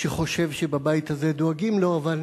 שחושב שבבית הזה דואגים לו, אבל